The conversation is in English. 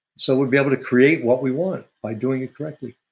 so we'd be able to create what we want by doing it correctly.